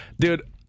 dude